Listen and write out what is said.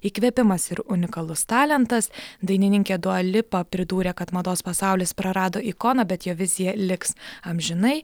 įkvėpimas ir unikalus talentas dainininkė dualipa pridūrė kad mados pasaulis prarado ikoną bet jo vizija liks amžinai